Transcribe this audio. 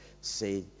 say